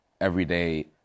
everyday